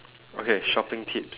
okay shopping tips